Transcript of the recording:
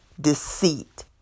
deceit